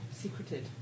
secreted